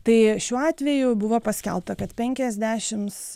tai šiuo atveju buvo paskelbta kad penkiasdešims